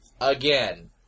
Again